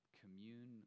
commune